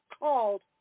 called